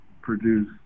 produce